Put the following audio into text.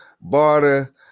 barter